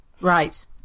Right